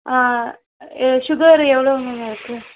ஆ sugar எவ்வளோ ma'am இருக்கு